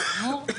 בסדר גמור.